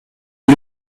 est